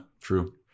true